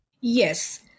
Yes